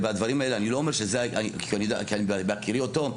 בהכירי אותו,